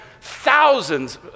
thousands